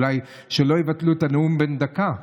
אולי שלא יבטלו את הנאום בן דקה,